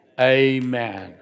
Amen